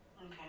Okay